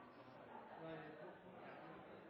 statsråder